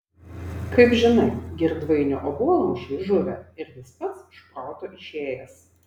kaip žinai girdvainio obuolmušiai žuvę ir jis pats iš proto išėjęs